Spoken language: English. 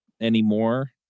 anymore